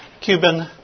Cuban